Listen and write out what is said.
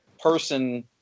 person